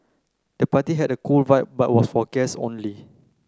the party had a cool vibe but was for guess only